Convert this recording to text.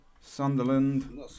Sunderland